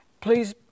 please